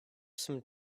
some